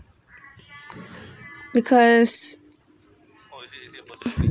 because